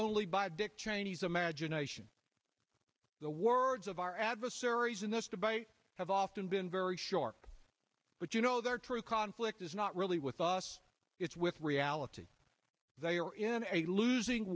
only by dick cheney's imagination the words of our adversaries in this device have often been very short but you know their true conflict is not really with us it's with reality they are in a losing